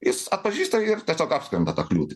jis atpažįsta ir tiesiog apskrenda ta kliūtį